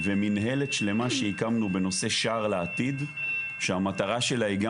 ומנהלת שלמה שהקמנו בנושא שער לעתיד שהמטרה שלה היא גם